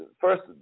first